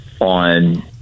on